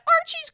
Archie's